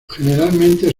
generalmente